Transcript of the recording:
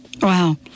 Wow